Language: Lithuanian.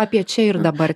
apie čia ir dabar